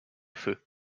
feu